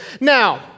Now